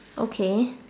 okay